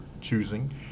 choosing